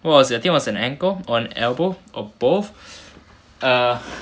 what was it I think it was an ankle or an elbow or both err